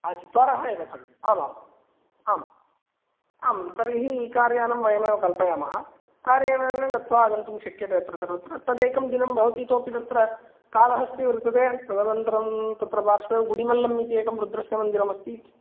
चत्वारः एव खलु आमाम् आम् आं तर्हि कार्यानं वयमेव कल्पयामः कार्यानेन गत्वा आगन्तुं शक्यते अत्र सर्वत्र तदेकं दिनं भवति इतोपि तत्र कालहस्तिः वर्तते तदनन्तरं तत्र पार्श्वे गुडिमल्लम् इति एकं रुद्रस्य मन्दिरमस्ति